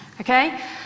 okay